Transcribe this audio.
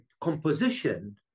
composition